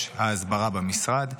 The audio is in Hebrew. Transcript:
בראש ההסברה במשרד.